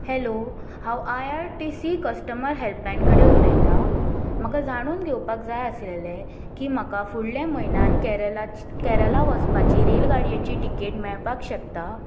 hello हांव I R T C customer helpline कडे उलयतां म्हाका जाणून घेवपाक जाय आसलेलें की म्हाका फुडल्या म्हयन्यान केरला केरला वचपाची रेल गाडयेची टिकेट मेळपाक शकता